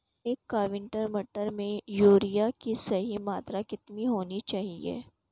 एक क्विंटल मटर में यूरिया की सही मात्रा कितनी होनी चाहिए?